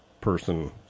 person